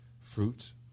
fruits